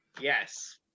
Yes